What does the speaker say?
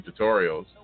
tutorials